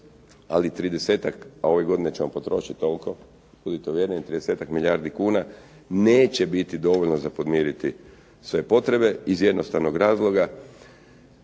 30-ak milijardi kuna, neće biti dovoljno za podmiriti sve potrebe iz jednostavnog razloga